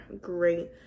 great